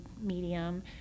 medium